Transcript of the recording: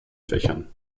fächern